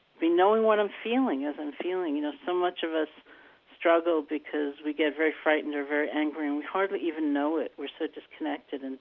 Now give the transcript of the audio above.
knowing what i'm feeling as i'm feeling you know, so much of us struggle because we get very frightened or very angry and we hardly even know it. we're so disconnected. and